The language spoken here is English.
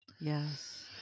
Yes